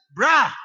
brah